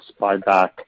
buyback